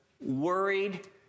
worried